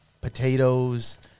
Potatoes